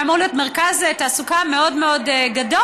היה צריך להיות מרכז תעסוקה מאוד מאוד גדול,